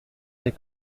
des